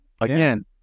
Again